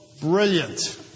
Brilliant